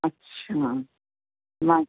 अच्छा मां